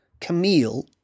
Camille